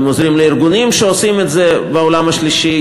הם עוזרים לארגונים שעושים את זה בעולם השלישי,